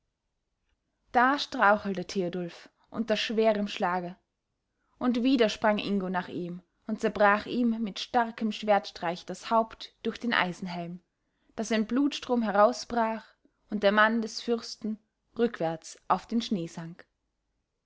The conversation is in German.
da strauchelte theodulf unter schwerem schlage und wieder sprang ingo nach ihm und zerbrach ihm mit starkem schwertstreich das haupt durch den eisenhelm daß ein blutstrom herausbrach und der mann des fürsten rückwärts auf den schnee sank